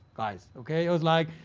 guys. okay, it was like,